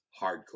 hardcore